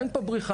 אין פה בריחה,